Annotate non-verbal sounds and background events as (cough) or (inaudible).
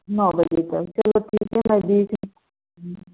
नौ बजे चलो ठीक है मैं भी (unintelligible)